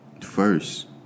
first